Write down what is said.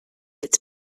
its